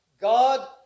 God